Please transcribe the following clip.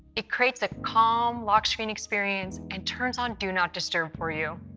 it creates a calm lock screen experience and turns on do not disturb for you.